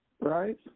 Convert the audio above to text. right